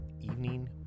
evening